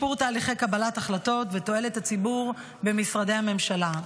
שיפור תהליכי קבלת החלטות ותועלת הציבור במשרדי הממשלה.